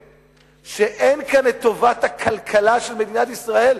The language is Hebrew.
שאין כאן טובת הכלכלה של מדינת ישראל,